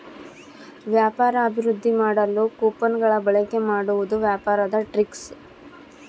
ವ್ಯಾಪಾರ ಅಭಿವೃದ್ದಿ ಮಾಡಲು ಕೊಪನ್ ಗಳ ಬಳಿಕೆ ಮಾಡುವುದು ವ್ಯಾಪಾರದ ಟ್ರಿಕ್ಸ್